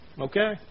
Okay